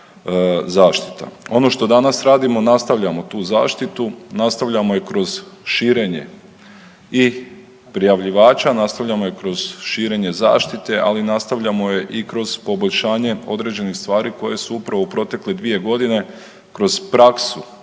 zaštita. Ono što danas radimo nastavljamo tu zaštitu, nastavljamo je kroz širenje i prijavljivača, nastavljamo je kroz širenje zaštite, ali nastavljamo je i kroz poboljšanje određenih stvari koje su upravo u protekle dvije godine kroz praksu